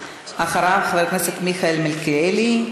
אחריו, חבר הכנסת מיכאל מלכיאלי.